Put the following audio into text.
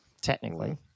technically